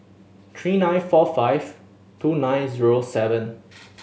three nine four five two nine zero seven